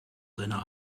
seiner